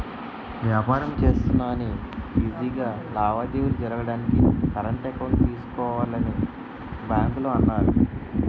వ్యాపారం చేస్తున్నా అని ఈజీ గా లావాదేవీలు జరగడానికి కరెంట్ అకౌంట్ తీసుకోవాలని బాంకోల్లు అన్నారు